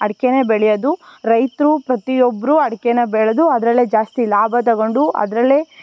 ಅಡ್ಕೆನೇ ಬೆಳೆಯೋದು ರೈತರು ಪ್ರತಿಯೊಬ್ಬರು ಅಡಿಕೆನ ಬೆಳೆದು ಅದರಲ್ಲೇ ಜಾಸ್ತಿ ಲಾಭ ತಗೊಂಡು ಅದರಲ್ಲೇ